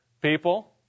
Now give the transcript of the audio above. people